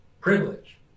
privilege